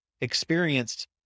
experienced